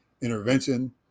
intervention